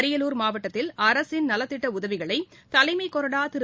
அரியலூர் மாவட்டத்தில் அரசின் நலத்திட்ட உதவிகளை தலைமை கொறடா திரு